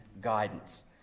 guidance